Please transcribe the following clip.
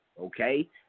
okay